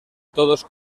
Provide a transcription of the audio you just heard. todos